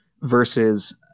versus